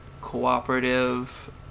cooperative